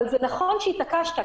זה נכון שהתעקשת,